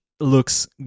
looks